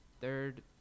third